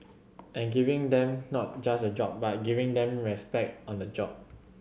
and giving them not just a job but giving them respect on the job